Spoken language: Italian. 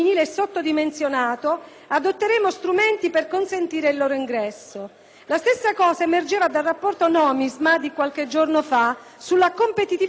adotteranno strumenti per consentire il loro ingresso. La stessa cosa emergeva dal rapporto Nomisma di qualche giorno fa sulla competitività dell'agricoltura italiana,